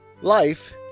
Life